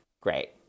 great